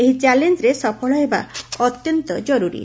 ଏହି ଚ୍ୟାଲେଞ୍ଜରେ ସଫଳ ହେବା ଅତ୍ୟନ୍ତ ଜର୍ତ୍ତୀ